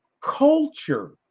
culture